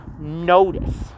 notice